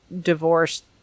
divorced